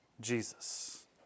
Jesus